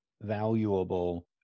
valuable